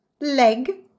leg